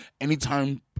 anytime